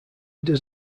does